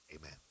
Amen